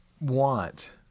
want